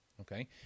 Okay